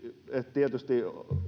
tietysti on